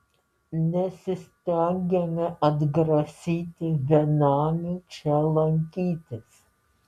nesistengiame atgrasyti benamių čia lankytis